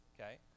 Okay